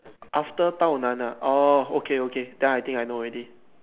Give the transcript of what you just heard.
after Tao Nan lah ah okay okay then I think I know already